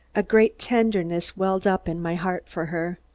a great tenderness welled up in my heart, for her.